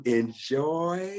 enjoy